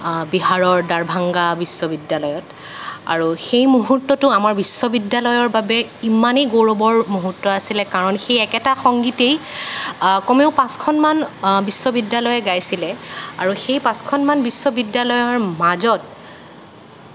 বিহাৰৰ দাৰভাংগা বিশ্ববিদ্যালয়ত আৰু সেই মুহূৰ্তটো আমাৰ বিশ্ববিদ্যালয়ৰ বাবে ইমানেই গৌৰৱৰ মুহূৰ্ত আছিলে কাৰণ সেই একেটা সংগীতেই কমেও পাঁচখনমান বিশ্ববিদ্যালয়ে গাইছিলে আৰু সেই পাঁচখনমান বিশ্ববিদ্যালয়ৰ মাজত